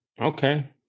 Okay